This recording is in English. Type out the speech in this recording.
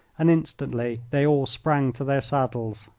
and instantly they all sprang to their saddles.